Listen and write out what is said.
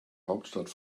hauptstadt